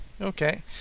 Okay